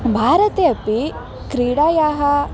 भारते अपि क्रीडायाः